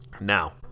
now